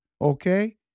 Okay